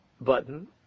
button